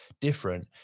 different